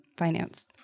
finance